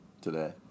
today